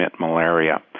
malaria